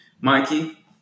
Mikey